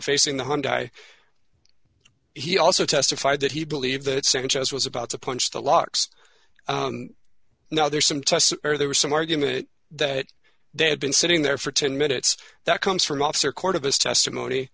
facing the hyundai he also testified that he believed that sanchez was about to punch the locks now there's some test or there was some argument that they had been sitting there for ten minutes that comes from officer court of his testimony